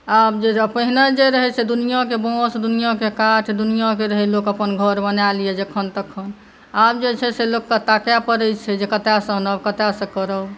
आब जे पहिले जे रहै से दुनिआके बाँस दुनिआके काठ दुनिआके रहै लोक अपन घर बना लिए जखन तखन आब जे छै से लोकके ताकै पड़ै छै जे कतऽसँ आनब कतऽसँ करब